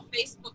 Facebook